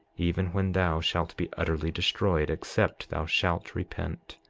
even when thou shalt be utterly destroyed except thou shalt repent.